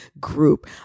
group